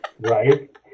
Right